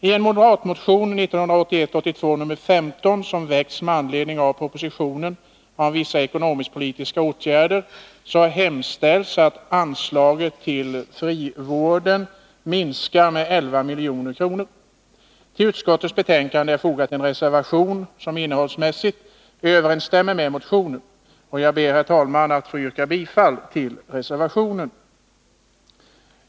I en moderatmotion, 1981/82:15, som väckts med anledning av propositionen om vissa ekonomisk-politiska åtgärder, hemställs att anslaget till frivården minskas med 11 milj.kr. Till utskottets betänkande är fogad en reservation som innehållsmässigt överensstämmer med motionen, och jag ber, herr talman, att få yrka bifall till reservationen.